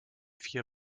vier